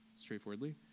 straightforwardly